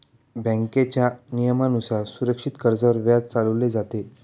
बँकेच्या नियमानुसार सुरक्षित कर्जावर व्याज चालवले जाते